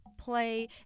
play